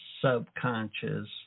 subconscious